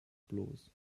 bloß